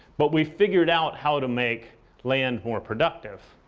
but we've figured out how to make land more productive.